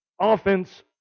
offense